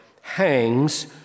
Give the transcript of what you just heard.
hangs